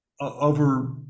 over